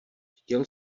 chtěl